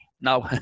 Now